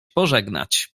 pożegnać